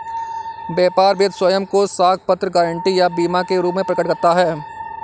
व्यापार वित्त स्वयं को साख पत्र, गारंटी या बीमा के रूप में प्रकट करता है